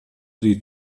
die